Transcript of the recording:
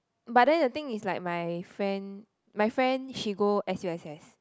but then the thing is like my friend my friend she go s_u_s_s